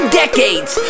decades